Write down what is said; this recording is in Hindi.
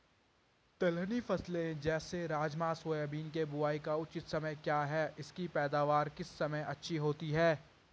दलहनी फसलें जैसे राजमा सोयाबीन के बुआई का उचित समय क्या है इसकी पैदावार किस समय अच्छी होती है?